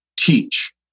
teach